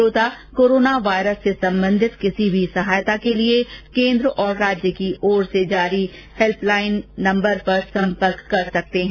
श्रोता corona virus से संबंधित किसी भी सहायता के लिए केन्द्र और राज्य की ओर से हेल्प लाइन नम्बर जारी किए गए है